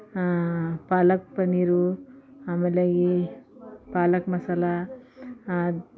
ಪಾಲಕ್ ಪನ್ನೀರು ಆಮೇಲೆ ಈ ಪಾಲಕ್ ಮಸಾಲೆ